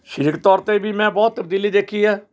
ਸਰੀਰਿਕ ਤੌਰ 'ਤੇ ਵੀ ਮੈਂ ਬਹੁਤ ਤਬਦੀਲੀ ਦੇਖੀ ਹੈ